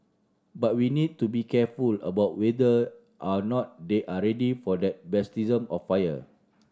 but we need to be careful about whether or not they are ready for that of fire